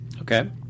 Okay